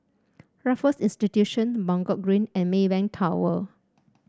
Raffles Institution Buangkok Green and Maybank Tower